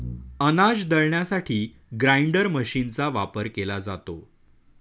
अनाज दळण्यासाठी ग्राइंडर मशीनचा वापर केला जातो